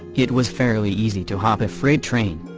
it was fairly easy to hop a freight train.